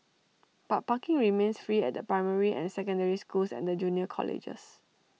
but parking remains free at the primary and secondary schools and the junior colleges